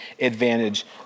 advantage